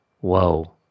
whoa